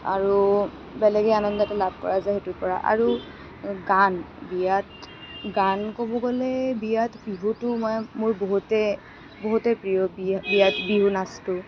আৰু বেলেগেই আনন্দ এটা লাভ কৰা যায় সেইটোৰ পৰা আৰু গান বিয়াত গান ক'ব গ'লে বিয়াত বিহুটো মোৰ বহুতেই বহুতেই প্ৰিয় বিহু নাচটো